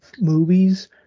movies